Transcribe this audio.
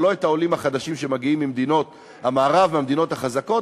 אבל לא את העולים החדשים שמגיעים ממדינות המערב והמדינות החזקות,